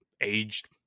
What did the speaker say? aged –